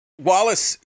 wallace